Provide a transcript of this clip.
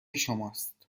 شماست